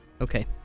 Okay